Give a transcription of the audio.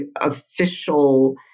official